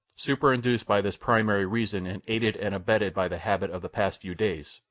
superinduced by this primary reason and aided and abetted by the habit of the past few days,